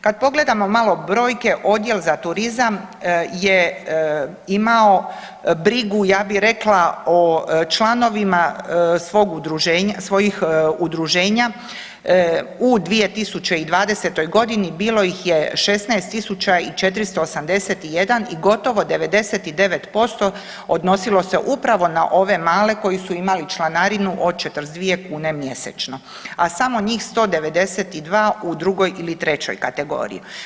Kad pogledamo malo brojke odjel za turizam je imao brigu ja bi rekla o članovima svog udruženja, svojih udruženja u 2020. godini bilo ih je 16.481 i gotovo 99% odnosilo se upravo na ove male koji su imali članarinu od 42 kune mjesečno, a samo njih 192 u drugoj ili trećoj kategoriji.